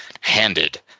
handed